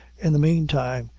in the mane time,